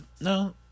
No